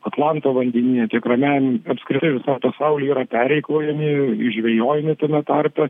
atlanto vandenyne tiek ramiajam apskritai visam pasauly yra pereikvojami išžvejojami tame tarpe